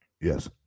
Yes